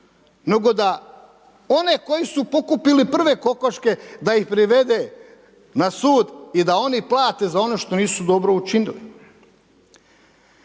nego da one koji su pokupili prve kokoške, da ih privede na sud i da oni plate za ono što nisu dobro učinili.